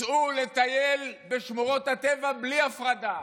סעו לטייל בשמורות הטבע בלי הפרדה.